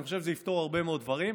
אני חושב שזה יפתור הרבה מאוד דברים.